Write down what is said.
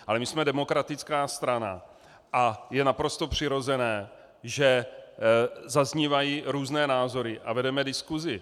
Ale my jsme demokratická strana a je naprosto přirozené, že zaznívají různé názory a vedeme diskusi.